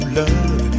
love